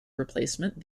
replacement